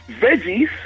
veggies